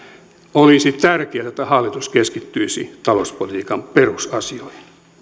olisi tärkeää että hallitus keskittyisi talouspolitiikan perusasioihin